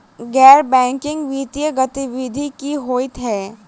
गैर बैंकिंग वित्तीय गतिविधि की होइ है?